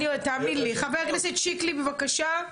חבר הכנסת שיקלי, בבקשה.